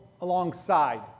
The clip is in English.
alongside